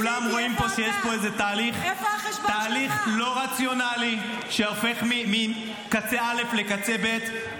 כולם רואים פה שיש פה איזה תהליך לא רציונלי שהופך מקצה א' לקצה ב'.